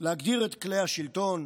להגדיר את כלי השלטון,